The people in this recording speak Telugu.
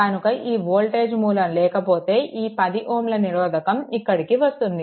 కనుక ఈ వోల్టేజ్ మూలం లేక పోతే ఈ 10Ω నిరోధకం ఇక్కడకి వస్తుంది